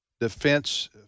defense